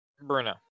Bruno